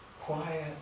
quiet